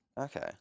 Okay